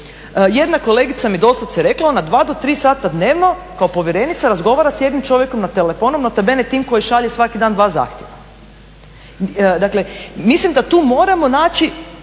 Jedna kolegica mi doslovce rekla, ona dva do tri sata dnevno kao povjerenica razgovara s jednim čovjekom na telefon, …/Govornica se ne razumije./… tim koji šalje svaki dan dva zahtjeva. Dakle, mislim da tu moramo naći